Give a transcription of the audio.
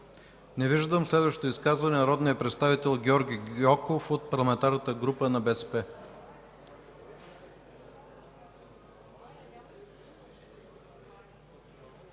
Не виждам. Следващото изказване е на народния представител Георги Гьоков от Парламентарната група на БСП